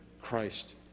Christ